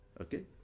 okay